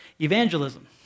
evangelism